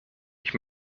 ich